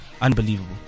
unbelievable